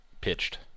pitched